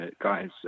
guys